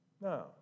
No